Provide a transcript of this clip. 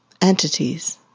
entities